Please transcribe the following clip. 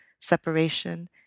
separation